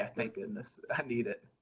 ah thank goodness. i need it.